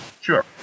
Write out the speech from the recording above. Sure